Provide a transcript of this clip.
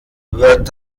wird